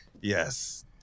Yes